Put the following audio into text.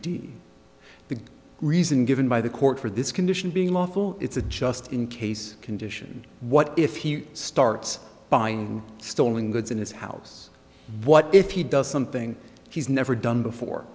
the reason given by the court for this condition being lawful it's a just in case condition what if he starts buying stolen goods in his house what if he does something he's never done before